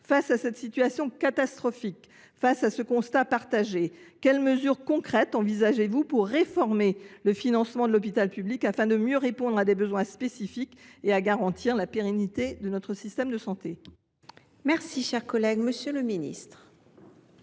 Face à cette situation catastrophique et à ce constat partagé, quelles mesures concrètes envisagez vous pour réformer le financement de l’hôpital public afin de mieux répondre à ses besoins spécifiques et de garantir la pérennité de notre système de santé ? La parole est à M. le ministre